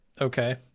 Okay